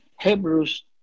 Hebrews